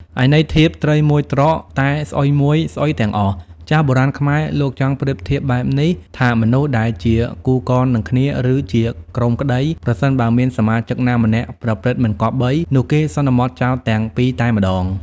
ឯន័យធៀប ត្រីមួយត្រកតែស្អុយមួយ ស្អុយទាំងអស់ ចាស់បុរាណខ្មែរលោកចង់ប្រៀបធៀបបែបនេះ ថាមនុស្សដែលជាគូកននឹងគ្នាឬជាក្រុមក្តី ប្រសិនបើមានសមាជិកណាម្នាក់ប្រព្រឹត្តមិនគប្បី នោះគេសន្មតចោទទាំងពីរតែម្តង។